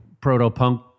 proto-punk